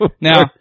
Now